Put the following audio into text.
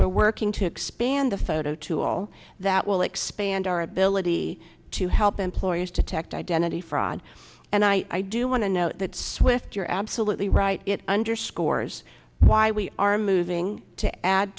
we're working to expand the photo to all that will expand our ability to help employers detect identity fraud and i do want to note that swift you're absolutely right it underscores why we are moving to add